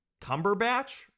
Cumberbatch